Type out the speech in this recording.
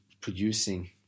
producing